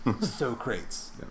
socrates